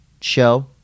show